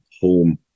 home